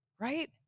right